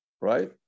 right